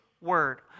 word